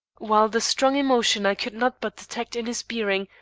while the strong emotion i could not but detect in his bearing,